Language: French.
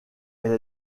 elle